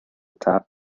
top